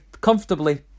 comfortably